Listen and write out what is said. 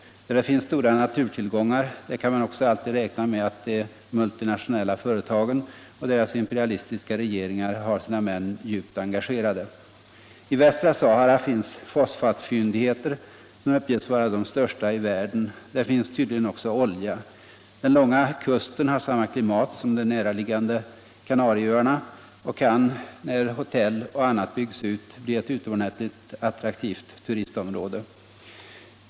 Där det finns stora naturtillgångar, där kan man också räkna med att de multinationella företagen och deras imperialistiska regeringar har sina män djupt engagerade. I västra Sahara finns fosfatfyndigheter som uppges vara de största i världen. Där finns tydligen också olja. Den långa kusten har samma klimat som de närliggande Kanarieöarna och kan — när hotell och annat byggs ut — bli ett utomordentligt attraktivt turistområde.